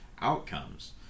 outcomes